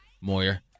Moyer